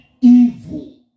evil